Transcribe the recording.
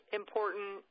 important